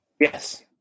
Yes